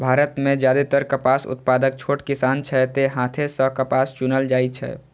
भारत मे जादेतर कपास उत्पादक छोट किसान छै, तें हाथे सं कपास चुनल जाइ छै